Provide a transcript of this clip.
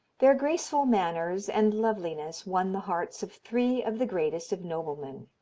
their graceful manners and loveliness won the hearts of three of the greatest of noblemen.